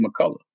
McCullough